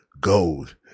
gold